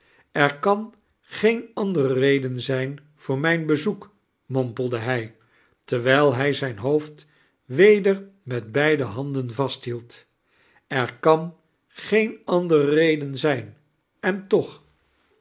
er kan geen andere reden zijn voor mijn bezoek mompelde hij terwijl hij zijn hoofd weder met beide handen vasthield er kan geen andere reden zijn en tooh